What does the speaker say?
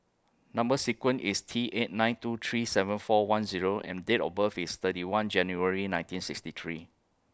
Number sequence IS T eight nine two three seven four one Zero and Date of birth IS thirty one January nineteen sixty three